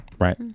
Right